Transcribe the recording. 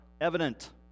evident